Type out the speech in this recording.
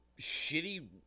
shitty